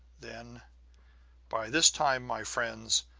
then by this time, my friends,